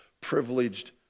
privileged